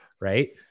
Right